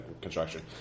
construction